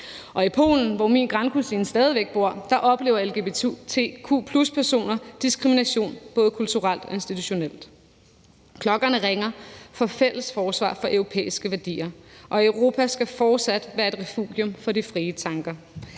Og i Polen, hvor min grandkusine stadig væk bor, oplever lgbtq+-personer diskrimination, både kulturelt og institutionelt. Klokkerne ringer for et fælles forsvar for europæiske værdier, og Europa skal fortsat være et refugium for de frie tanker.